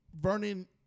Vernon